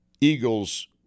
Eagles